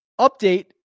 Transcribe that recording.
Update